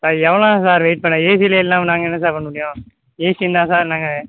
sir எவ்வளோ நேரம் sir wait பண்ணுறது ஏசிலேயே இல்லாமல் நாங்கள் என்ன சார் பண்ண முடியும் ஏசி இருந்தால் தான் சார் நாங்கள்